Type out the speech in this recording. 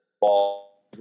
ball